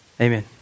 amen